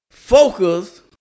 Focus